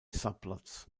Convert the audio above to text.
subplots